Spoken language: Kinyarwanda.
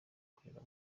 kurera